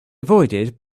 avoided